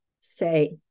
say